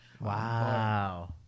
wow